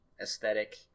aesthetic